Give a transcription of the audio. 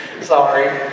Sorry